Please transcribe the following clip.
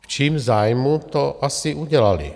V čím zájmu to asi udělali?